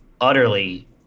utterly